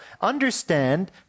understand